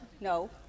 No